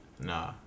Nah